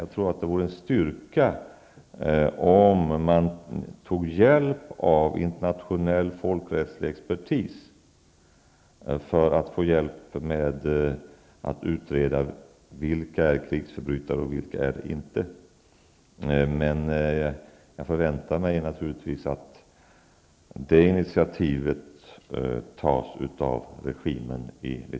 Jag tror att det vore en styrka om man tog hjälp av internationell folkrättslig expertis för att utreda vilka som är krigsförbrytare och vilka som inte är det. Men jag förväntar mig naturligtvis att det initiativet tas av regimen i